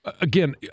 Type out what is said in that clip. Again